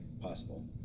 possible